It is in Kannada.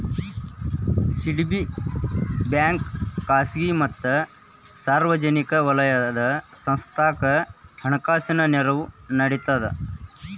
ಸಿ.ಡಿ.ಬಿ ಬ್ಯಾಂಕ ಖಾಸಗಿ ಮತ್ತ ಸಾರ್ವಜನಿಕ ವಲಯದ ಸಂಸ್ಥಾಕ್ಕ ಹಣಕಾಸಿನ ನೆರವು ನೇಡ್ತದ